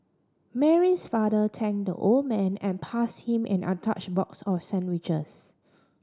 Mary's father thanked the old man and passed him an untouched box of sandwiches